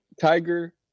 tiger